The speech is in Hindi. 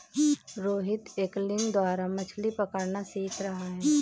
रोहित एंगलिंग द्वारा मछ्ली पकड़ना सीख रहा है